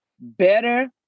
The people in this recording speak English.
better